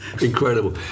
Incredible